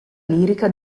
lirica